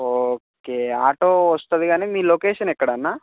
okay auto వస్తుంది కానీ మీ లొకేషన్ ఎక్కడ అన్నా